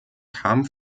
kam